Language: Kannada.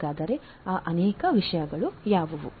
ಹಾಗಾದರೆ ಆ ಅನೇಕ ವಿಷಯಗಳು ಯಾವುವು